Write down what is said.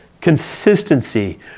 consistency